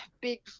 big